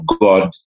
God